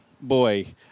boy